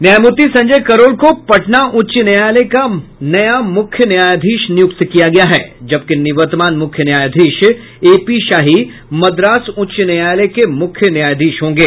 न्यायमूर्ति संजय करोल को पटना उच्च न्यायालय का नया मुख्य न्यायाधीश नियुक्त किया गया है जबकि निवर्तमान मूख्य न्यायाधीश एपी शाही मद्रास उच्च न्यायालय के मुख्य न्यायाधीश होंगे